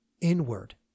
inward